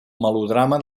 melodrama